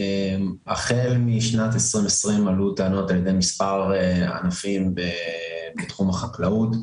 החל משנת 2020 עלו טענות על ידי מספר ענפים בתחום החקלאות,